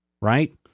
right